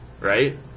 right